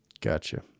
Gotcha